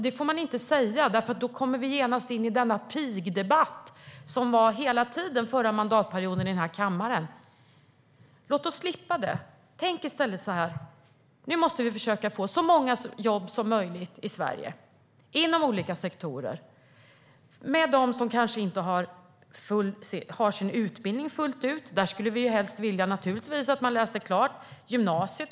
Det får man inte säga, för då kommer vi genast in i den pigdebatt som fanns här i kammaren under hela den förra mandatperioden. Låt oss slippa det. Tänk i stället så här: Nu måste vi försöka få så många jobb som möjligt i Sverige inom olika sektorer, med de personer som kanske inte har sin utbildning fullt ut. Vi skulle naturligtvis helst vilja att de åtminstone läser klart gymnasiet.